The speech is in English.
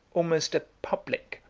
almost a public,